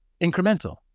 incremental